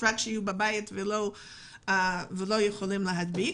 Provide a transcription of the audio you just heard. כדי שלא יוכלו להדביק.